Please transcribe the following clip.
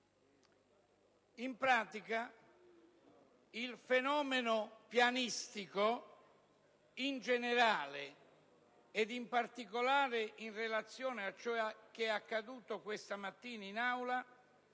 In pratica, il fenomeno «pianistico» in generale e, in particolare, in relazione a ciò che è accaduto questa mattina in Aula